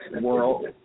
world